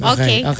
Okay